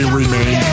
remain